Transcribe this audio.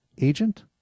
agent